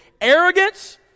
Arrogance